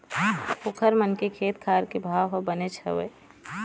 ओखर मन के खेत खार के भाव ह बनेच हवय